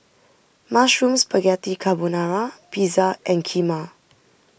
Mushroom Spaghetti Carbonara Pizza and Kheema